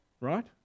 right